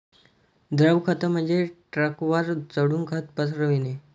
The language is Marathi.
द्रव खत म्हणजे ट्रकवर चढून खत पसरविणे